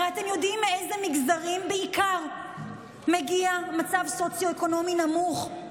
הרי אתם יודעים מאיזה מגזרים בעיקר מגיע מצב סוציו-אקונומי נמוך.